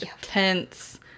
tense